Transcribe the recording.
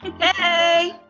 Hey